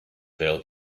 failed